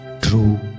true